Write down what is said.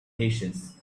patience